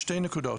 שתי נקודות.